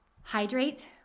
Hydrate